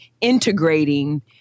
integrating